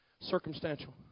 Circumstantial